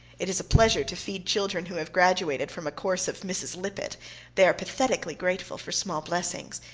it is a pleasure to feed children who have graduated from a course of mrs. lippett they are pathetically grateful for small blessings.